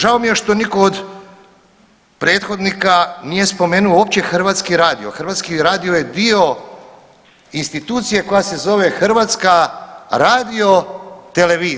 Žao mi je što nitko od prethodnika nije spomenuo uopće Hrvatski radio, Hrvatski radio je dio institucije koja se zove Hrvatska radiotelevizija.